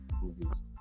movies